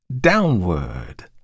downward